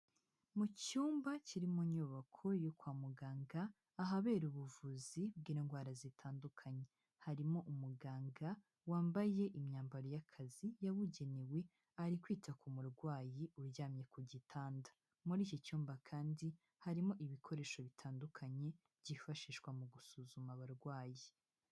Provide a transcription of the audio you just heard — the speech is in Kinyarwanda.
Mu cyumba kiri mu nyubako yo kwa muganga ahabera ubuvuzi bw'indwara zitandukanye, harimo umuganga wambaye imyambaro y'akazi yabugenewe ari kwita ku murwayi uryamye ku gitanda, muri iki cyumba kandi harimo ibikoresho bitandukanye byifashishwa mu gusuzuma abarwayi.